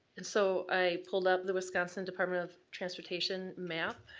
and so i pulled up the wisconsin department of transportation map,